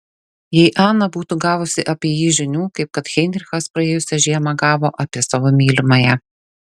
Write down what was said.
jei ana būtų gavusi apie jį žinių kaip kad heinrichas praėjusią žiemą gavo apie savo mylimąją